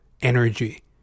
energy